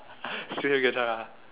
steal the guitar ah